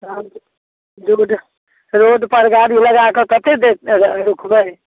road road पर गाड़ी लगाके कतेक देर रुकबै